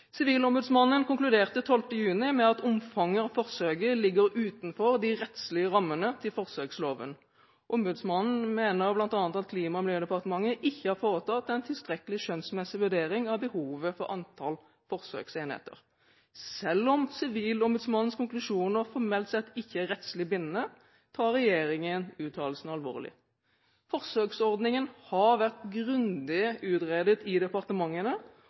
Sivilombudsmannen konkluderte den 12. juni med at omfanget av forsøket ligger utenfor de rettslige rammene til forsøksloven. Ombudsmannen mener bl.a. at Klima- og miljødepartementet ikke har foretatt en tilstrekkelig skjønnsmessig vurdering av behovet for antall forsøksenheter. Selv om Sivilombudsmannens konklusjoner formelt sett ikke er rettslig bindende, tar regjeringen uttalelsene alvorlig. Forsøksordningen har vært grundig utredet i departementene,